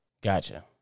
Gotcha